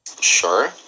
Sure